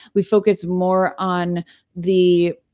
we focus more on the